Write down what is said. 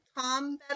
Tom